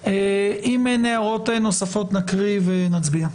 אם אין הערות נוספות, נקריא ונצביע.